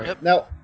Now